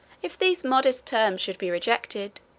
if these modest terms should be rejected,